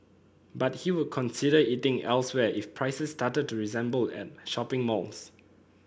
but he would consider eating elsewhere if prices started to resemble at shopping malls